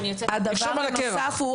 לרשום על הקרח.